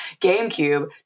gamecube